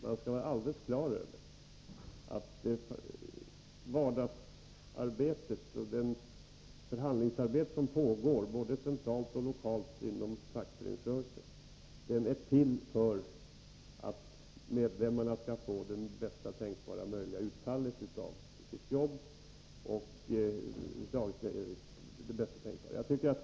Man skall vara alldeles på det klara med att det vardagliga förhandlingsarbete som pågår både centralt och lokalt inom fackföreningsrörelsen är till för att medlemmarna skall få bästa tänkbara utfall av sitt arbete.